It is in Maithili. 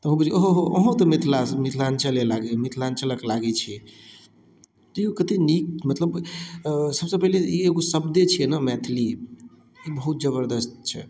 तऽ अहूँ कहै छियै ओहो हो हो अहूँ तऽ मिथिलासँ मिथिलाञ्चले लागै मिथिलाञ्चलक लागै छियै देखियौ कते नीक मतलब सबसँ पहिले ई एगो शब्दे छियै ने मैथिली ई बहुत जबरदस्त छै